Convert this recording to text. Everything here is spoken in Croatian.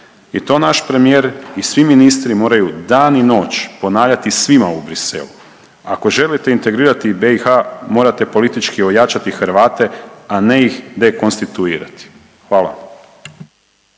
I to naš premijer i svi ministri moraju dan i noć ponavljati svima u Bruxellesu. Ako želite integrirati BiH morate politički ojačati Hrvate, a ne ih dekonstituirati. Hvala.